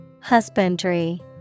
Husbandry